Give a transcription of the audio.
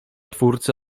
twórcy